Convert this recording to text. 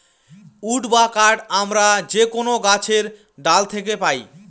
would বা কাঠ আমরা যে কোনো গাছের ডাল থাকে পাই